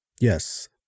Yes